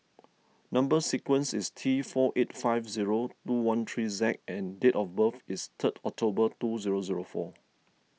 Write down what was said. Number Sequence is T four eight five zero two one three Z and date of birth is third October two zero zero four